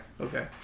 okay